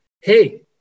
hey